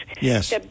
Yes